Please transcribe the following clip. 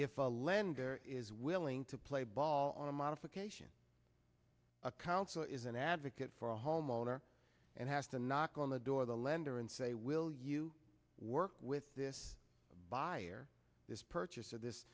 a lender is willing to play ball on a modification a council is an advocate for a homeowner and has to knock on the door the lender and say will you work with this buyer this purchase or this